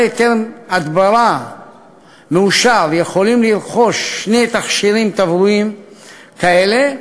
היתר הדברה מאושר יכולים לרכוש שני תכשירים תברואיים כאלה,